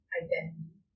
identity